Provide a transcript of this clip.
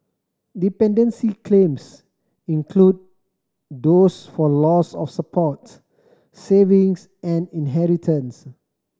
dependency claims include those for loss of support savings and inheritance